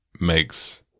makes